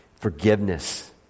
forgiveness